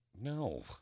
No